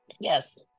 Yes